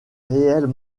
réelles